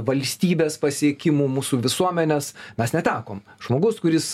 valstybės pasiekimų mūsų visuomenės mes netekom žmogus kuris